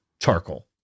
charcoal